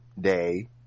Day